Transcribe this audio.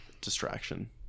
distraction